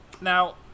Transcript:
Now